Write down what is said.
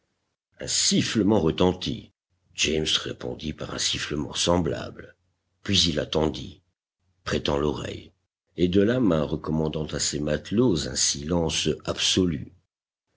sifflement retentit james répondit par un sifflement semblable puis il attendit prêtant l'oreille et de la main recommandant à ses matelots un silence absolu